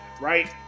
right